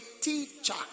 teacher